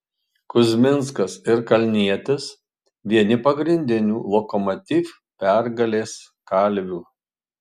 kuzminskas ir kalnietis vieni pagrindinių lokomotiv pergalės kalvių